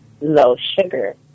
low-sugar